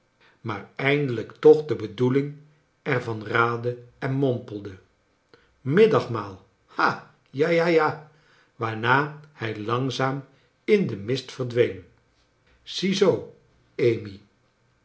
maar eindelijk toch de bedoeling er van raadde en mompelde middagmaal ha ja ja ja waarna hij langzaam in den mist verdween ziezoo amy